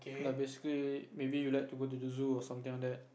ya basically maybe you like to go the zoo or something like that